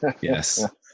Yes